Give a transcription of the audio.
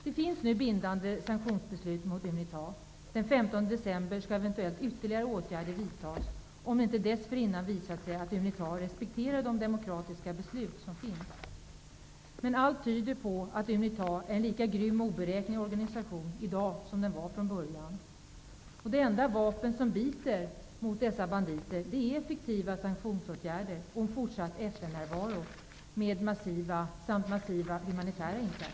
Det finns nu bindande sanktionsbeslut mot Unita. Den 15 december skall eventuellt ytterligare åtgärder vidtas, om det inte dessförinnan visar sig att Unita respekterar de demokratiskt fattade besluten. Allt tyder på att Unita är en lika grym och oberäknelig organisation i dag som den var från början. Det enda vapen som biter på dessa banditer är effektiva sanktionsåtgärder och en fortsatt FN närvaro samt massiva humanitära insatser.